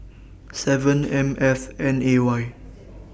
seven M F N A Y